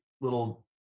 little